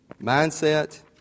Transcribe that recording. mindset